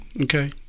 Okay